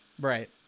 right